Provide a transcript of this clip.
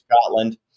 Scotland